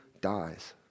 dies